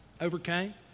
overcame